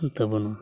ᱠᱟᱱ ᱛᱟᱵᱚᱱᱟ